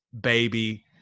baby